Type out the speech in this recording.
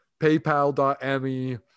PayPal.me